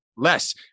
less